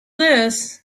this